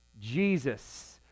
Jesus